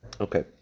Okay